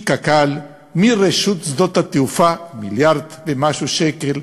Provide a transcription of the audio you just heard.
מקק"ל, מרשות שדות התעופה, מיליארד ומשהו שקל,